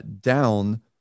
down